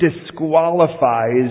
disqualifies